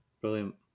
Brilliant